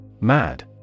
Mad